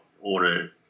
order